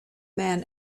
man